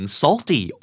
salty